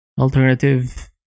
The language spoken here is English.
alternative